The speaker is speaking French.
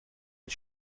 des